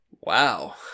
Wow